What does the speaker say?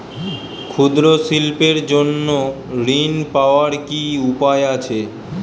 ক্ষুদ্র শিল্পের জন্য ঋণ পাওয়ার কি উপায় আছে?